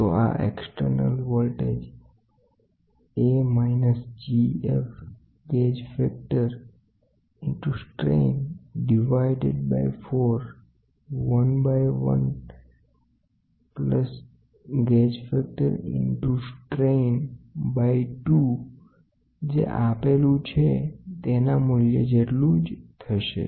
તો આ external voltage એ negative GF gauge factor into strain ભાગયા 4 1 divided by one plus GF into strain divided by 2 જેટલુ થશે